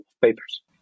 papers